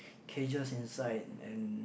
cages inside and